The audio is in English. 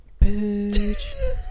Bitch